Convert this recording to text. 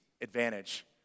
advantage